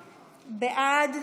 בעד,